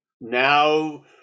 now